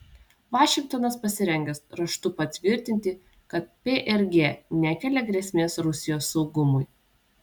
vašingtonas pasirengęs raštu patvirtinti kad prg nekelia grėsmės rusijos saugumui